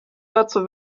dazu